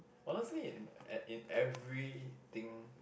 honestly in eh in everything